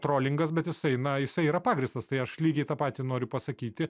trolingas bet jisai na jisai yra pagrįstas tai aš lygiai tą patį noriu pasakyti